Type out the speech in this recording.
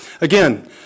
Again